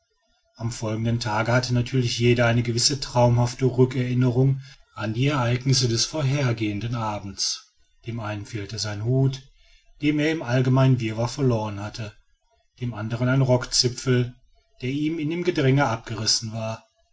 am folgenden tage hatte natürlich jeder eine gewisse traumhafte rückerinnerung an die ereignisse des vorhergehenden abends dem einen fehlte sein hut den er in dem allgemeinen wirrwarr verloren hatte dem anderen ein rockzipfel der ihm in dem gedränge abgerissen war